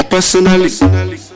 Personally